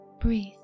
Breathe